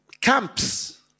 camps